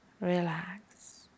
Relax